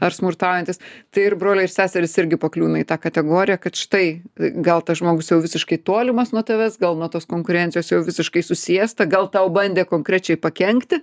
ar smurtaujantis tai ir broliai ir seserys irgi pakliūna į tą kategoriją kad štai gal tas žmogus jau visiškai tolimas nuo tavęs gal nuo tos konkurencijos jau visiškai susiėsta gal tau bandė konkrečiai pakenkti